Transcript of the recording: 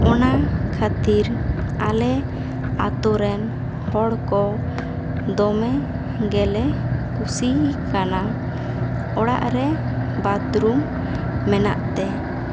ᱚᱱᱟ ᱠᱷᱟᱹᱛᱤᱨ ᱟᱞᱮ ᱟᱛᱳ ᱨᱮᱱ ᱦᱚᱲ ᱠᱚ ᱫᱚᱢᱮ ᱜᱮᱞᱮ ᱠᱩᱲᱤ ᱟᱠᱟᱱᱟ ᱚᱲᱟᱜ ᱨᱮ ᱵᱟᱛᱷᱨᱩᱢ ᱢᱮᱱᱟᱜ ᱛᱮ